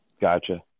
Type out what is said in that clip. Gotcha